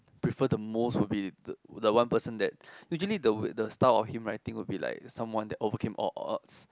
prefer the most would be the the one person that usually the style of him would be like someone that overcame all odds